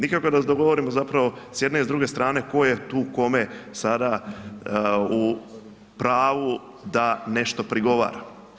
Nikako da se dogovorimo zapravo s jedne i druge strane, tko je tu kome sada u pravu da nešto prigovara.